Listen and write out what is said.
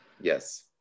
Yes